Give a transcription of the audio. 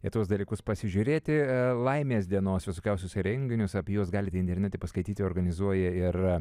į tuos dalykus pasižiūrėti laimės dienos visokiausius renginius apie juos galite internete paskaityti organizuoja ir